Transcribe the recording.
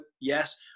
Yes